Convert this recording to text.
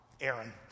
Aaron